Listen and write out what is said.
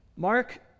Mark